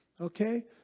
okay